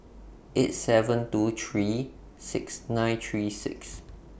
eight seven two three six nine three six